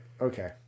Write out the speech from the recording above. Okay